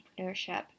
entrepreneurship